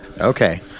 Okay